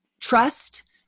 trust